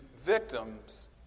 victims